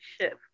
shift